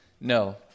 no